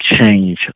change